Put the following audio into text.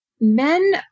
men